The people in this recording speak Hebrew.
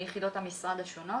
יחידות המשרד השונות